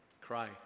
cry